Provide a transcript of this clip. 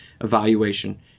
evaluation